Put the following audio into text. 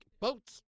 boats